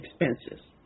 expenses